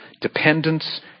dependence